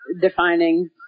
defining